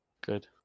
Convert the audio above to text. Good